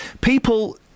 People